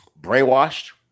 brainwashed